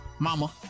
Mama